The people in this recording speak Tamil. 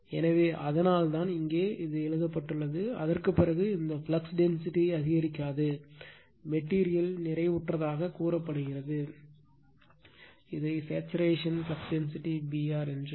எனவே அதனால்தான் இங்கே எழுதப்பட்டுள்ளது அதற்குப் பிறகு அந்த ஃப்ளக்ஸ் டென்சிட்டி அதிகரிக்காது மெட்டீரியல் நிறைவுற்றதாகக் கூறப்படுகிறது இவ்வாறு என்பது சேச்சுரேஷன் ஃப்ளக்ஸ் டென்சிட்டி Br